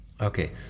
Okay